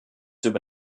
über